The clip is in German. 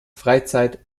freizeit